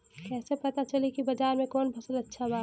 कैसे पता चली की बाजार में कवन फसल अच्छा बा?